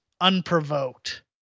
unprovoked